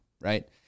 right